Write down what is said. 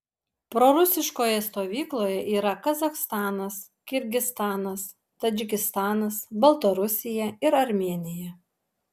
prorusiškoje stovykloje yra kazachstanas kirgizstanas tadžikistanas baltarusija ir armėnija